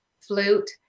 flute